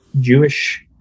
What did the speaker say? Jewish